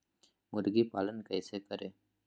मुर्गी पालन कैसे करें?